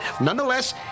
nonetheless